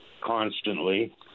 constantly